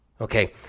okay